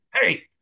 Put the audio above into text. Hey